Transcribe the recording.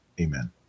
Amen